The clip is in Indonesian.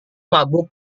mabuk